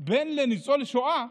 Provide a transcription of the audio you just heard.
בן לניצול שואה,